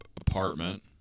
apartment